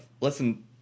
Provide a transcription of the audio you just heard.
Listen